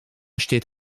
steht